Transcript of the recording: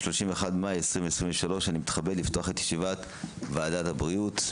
31 במאי 2023. אני מתכבד לפתוח את ישיבת ועדת הבריאות.